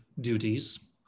duties